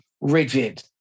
rigid